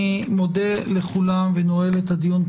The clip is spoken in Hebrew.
אני מודה לכולם ונועל את הדיון.